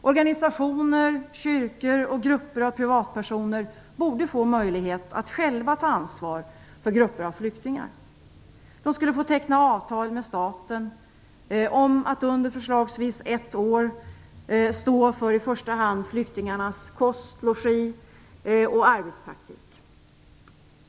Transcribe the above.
Organisationer, kyrkor och grupper av privatpersoner borde få möjlighet att själva ta ansvar för grupper av flyktingar. De skulle få teckna avtal med staten om att under förslagsvis ett år stå för i första hand flyktingarnas kost, logi och arbetspraktik.